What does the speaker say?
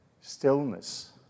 stillness